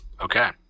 Okay